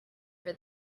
for